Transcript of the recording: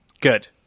Good